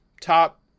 top